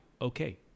Okay